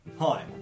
hi